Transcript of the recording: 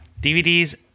DVDs